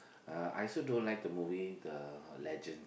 uh I also don't like the movie The-Legend